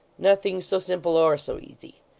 nothing so simple, or so easy.